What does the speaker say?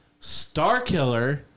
Starkiller